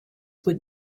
would